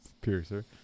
Piercer